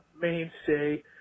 mainstay